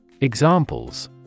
Examples